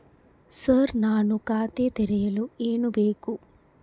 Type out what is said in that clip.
Sir ನಾನು ಖಾತೆ ತೆರೆಯಲು ಏನು ಬೇಕು?